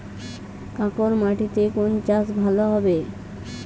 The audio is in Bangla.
কাঁকর মাটিতে কোন চাষ ভালো হবে?